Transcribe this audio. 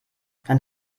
dann